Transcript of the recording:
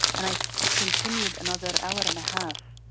and i continued another hour and a half,